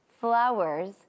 Flowers